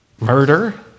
murder